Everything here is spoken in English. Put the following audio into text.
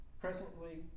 presently